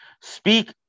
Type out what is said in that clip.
Speak